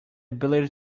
ability